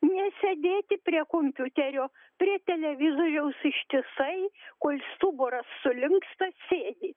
nesėdėti prie kompiuterio prie televizoriaus ištisai kol stuburas sulinksta sėdi